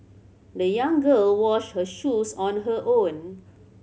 the young girl washed her shoes on her own